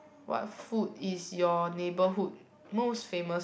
what food is your neighbourhood most famous